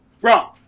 Bro